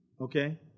okay